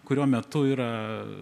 kurio metu yra